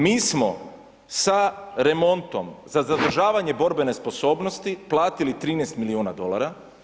Mi smo sa remontom za zadržavanje borbene sposobnosti platili 13 milijuna dolara.